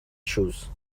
choose